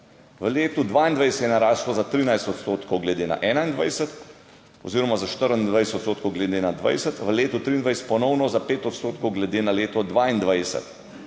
v letu 2022 je naraslo za 13 odstotkov glede na 2021 oziroma za 24 odstotkov glede na 2020, v letu 2023 ponovno za 5 odstotkov glede na leto 2022.